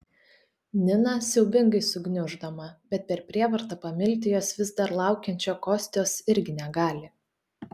nina siaubingai sugniuždoma bet per prievartą pamilti jos vis dar laukiančio kostios irgi negali